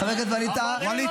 --- חבר הכנסת ווליד טאהא,